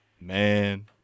Man